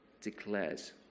declares